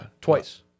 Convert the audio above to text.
twice